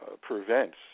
prevents